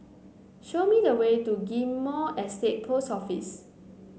show me the way to Ghim Moh Estate Post Office